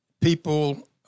People